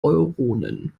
euronen